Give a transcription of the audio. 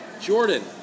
Jordan